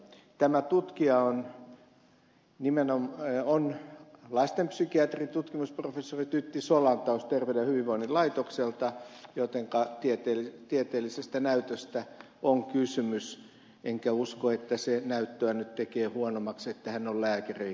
tämä tutkija on lastenpsykiatri tutkimusprofessori tytti solantaus terveyden ja hyvinvoinnin laitoksesta jotenka tieteellisestä näytöstä on kysymys enkä usko että se näyttöä nyt tekee huonommaksi että hän on lääkäri eikä psykologi